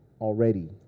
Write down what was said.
already